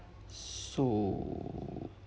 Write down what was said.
so